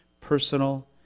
personal